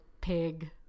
pig